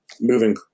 moving